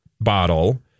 bottle